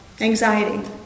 Anxiety